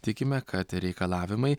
tikime kad reikalavimai